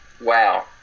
Wow